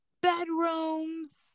bedrooms